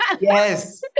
yes